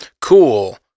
Cool